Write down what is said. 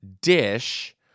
dish